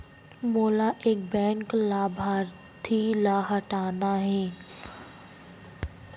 मोला एक बैंक लाभार्थी ल हटाना हे?